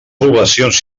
poblacions